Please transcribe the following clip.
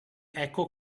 ecco